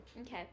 Okay